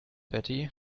betty